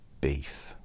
Beef